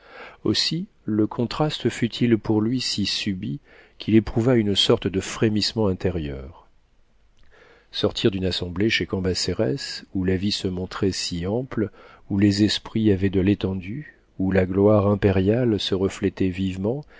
aussi le contraste fut-il pour lui si subit qu'il éprouva une sorte de frémissement intérieur sortir d'une assemblée chez cambacérès où la vie se montrait si ample où les esprits avaient de l'étendue où la gloire impériale se reflétait vivement